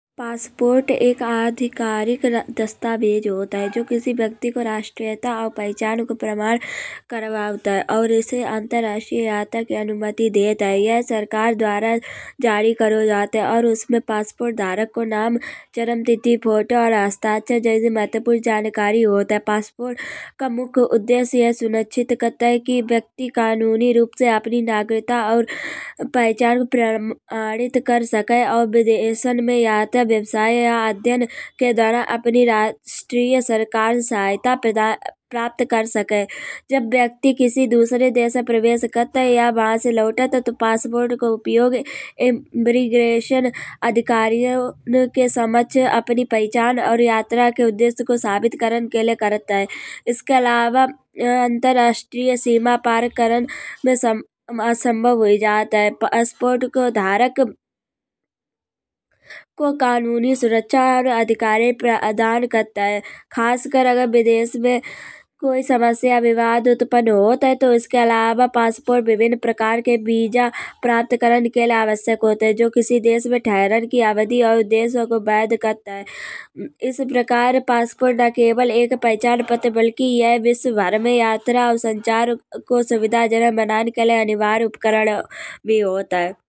पासपोर्ट एक आर्थिक करक दस्तावेज होत है। जो किसी व्यक्ति को राष्ट्रीयता और पहचान को प्रमाण करवाउत है। और इसे अंतराराष्ट्रीयन तक अनुमति देत है। यह सरकार द्वारा जारी करो जात है। और उसमें पासपोर्ट धारक को नाम जन्मतिथि फोटो और हस्ताक्षर जैसे महत्वपूर्ण जानकारी होत है। पासपोर्ट का मुख्या उद्देश्य यह सुनिश्चित करत है। कि व्यक्ति कानूनी रूप से अपनी नागरिकता और पहचान प्रमाणित कर सके। और विदेश में या तो व्यवसाय या तो अध्ययन के द्वारा अपनी राष्ट्रीय सरकार सहायता प्राप्त कर सके। जब व्यक्ति किसी दूसरे देश में प्रवेश करत है या वहां से लौटत है। तो पासपोर्ट को उपयोग इमिग्रेशन अधिकारियों के समक्ष अपनी पहचान और यात्रा के उद्देश्य को साबित करन के लय करत है। इसके अलावा अंतराराष्ट्रीय सीमा पार करन में असंभव होई जात है। पासपोर्ट को धारक को कानूनी सुरक्षा अधिकारी प्रदान करत है। खासकर अगर विदेश में कोई समस्या या विवाद उत्पन्न होत है। तो इसके अलावा पासपोर्ट विभिन्न प्रकार के वीज़ा प्राप्त करन के लय आवश्यक होत है। जो किसी देश में ठहरन की अवधि और उद्देश्य को बन करत है। इस प्रकार पासपोर्ट न केवल एक पहचान पत्र बल्कि यह विश्वभर में यात्रा और संचार को सुविधाजनक बनान के लय अनिवार्य उपकरण भी होत है।